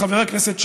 חבר הכנסת שי,